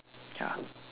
ya